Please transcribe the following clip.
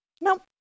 Nope